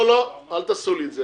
לא, אל תעשו לי את זה.